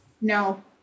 No